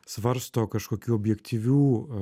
svarsto kažkokių objektyvių